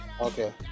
okay